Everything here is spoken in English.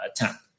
attempt